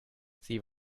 sie